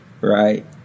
right